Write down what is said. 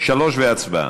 שלוש והצבעה.